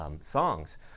songs